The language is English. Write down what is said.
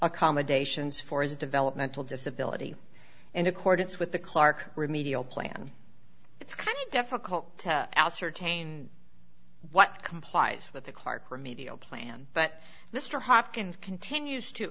accommodations for his developmental disability in accordance with the clarke remedial plan it's kind of difficult to ascertain what complies with the clarke remedial plan but mr hopkins continues to